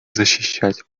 защищать